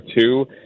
two